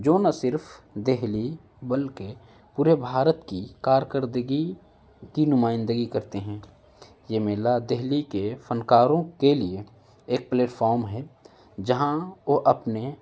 جو نہ صرف دہلی بلکہ پورے بھارت کی کارکردگی کی نمائندگی کرتے ہیں یہ میلا دہلی کے فنکاروں کے لیے ایک پلیٹفام ہے جہاں وہ اپنے